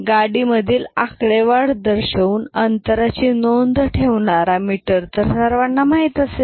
गाडीमधील आकडेवाढ दर्शवून अंतराची नोंद ठेवणारा मीटर तर सर्वांना माहीत असेल